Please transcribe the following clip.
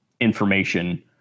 information